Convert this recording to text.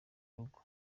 urugo